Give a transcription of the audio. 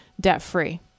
debt-free